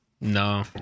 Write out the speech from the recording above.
No